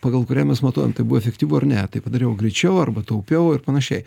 pagal kurią mes matuojam tai buvo efektyvu ar ne tai padariau greičiau arba taupiau ir panašiai